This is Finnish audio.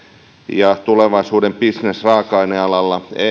ja tulevaisuuden bisnesraaka aine alalla